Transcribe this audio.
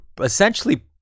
essentially